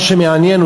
ומה שמעניין,